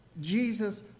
Jesus